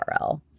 URL